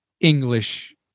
English